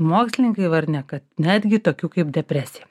mokslininkai įvardinę kad netgi tokių kaip depresija